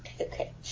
Okay